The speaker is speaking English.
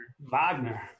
Wagner